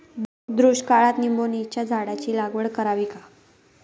दुष्काळात निंबोणीच्या झाडाची लागवड करावी का?